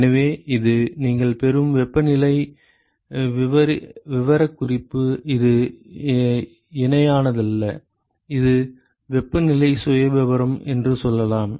எனவே இது நீங்கள் பெறும் வெப்பநிலை விவரக்குறிப்பு இது இணையானதல்ல இது வெப்பநிலை சுயவிவரம் என்று சொல்லலாம்